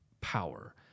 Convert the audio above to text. power